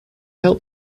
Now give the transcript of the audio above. help